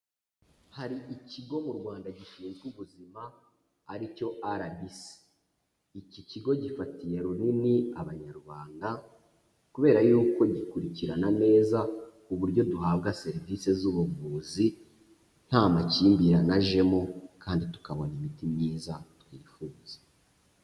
Hari ikigo mu Rwanda gishinzwe ubuzima ari cyo RBC, iki kigo gifatiye runini Abanyarwanda kubera y'uko gikurikirana neza uburyo duhabwa serivisi z'ubuvuzi nta makimbirane ajemo kandi tukabona imiti myiza twifuza.